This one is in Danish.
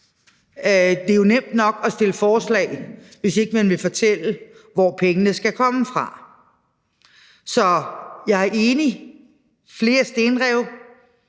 Det er jo nemt nok at fremsætte forslag, hvis ikke man vil fortælle, hvor pengene skal komme fra. Så jeg er enig. Vi vil gerne